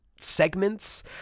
segments